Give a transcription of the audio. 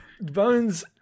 Bones